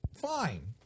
fine